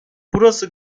burası